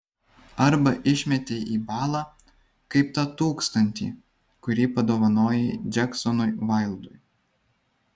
arba išmetei į balą kaip tą tūkstantį kurį padovanojai džeksonui vaildui